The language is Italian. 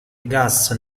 gas